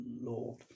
lord